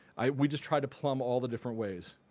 i we just tried to plumb all the different ways.